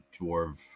dwarf